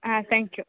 ಹಾಂ thank you